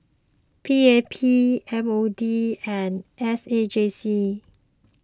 P A P M O D and S A J C